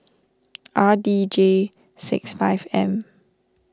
R D J six five M